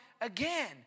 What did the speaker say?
Again